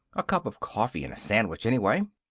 a cup of coffee and a sandwich, anyway.